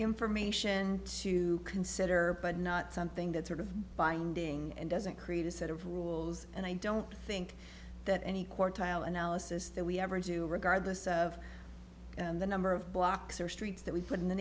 information to consider but not something that sort of binding and doesn't create a set of rules and i don't think that any court tile analysis that we ever do regardless of the number of blocks or streets that we put in the